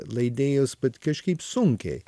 leidėjus bet kažkaip sunkiai